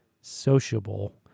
sociable